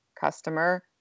customer